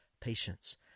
patience